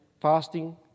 fasting